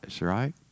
right